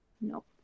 Nope